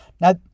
Now